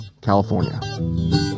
California